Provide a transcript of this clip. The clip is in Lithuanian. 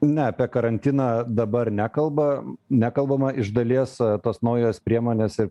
ne apie karantiną dabar nekalba nekalbama iš dalies tos naujos priemonės ir